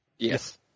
Yes